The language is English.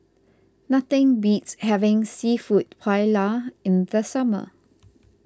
nothing beats having Seafood Paella in the summer